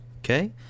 Okay